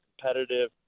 competitive